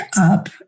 up